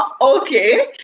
Okay